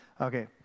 Okay